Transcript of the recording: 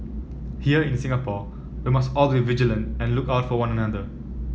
here in Singapore we must all be vigilant and look out for one another